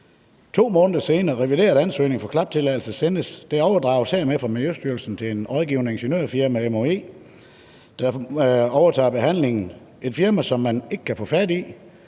senere sendes en revideret ansøgning om klaptilladelse og overdrages dermed fra Miljøstyrelsen til et rådgivende ingeniørfirma, der overtager behandlingen. Det er et firma, som man ikke kan få fat i,